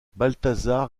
balthazar